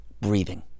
breathing